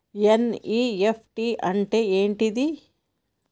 NEFT అంటే ఏంటిది?